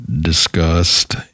discussed